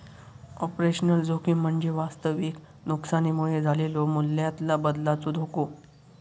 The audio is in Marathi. ऑपरेशनल जोखीम म्हणजे वास्तविक नुकसानीमुळे झालेलो मूल्यातला बदलाचो धोको